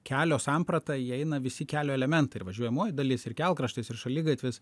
kelio sampratą įeina visi kelio elementai ir važiuojamoji dalis ir kelkraštis ir šaligatvis